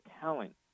talent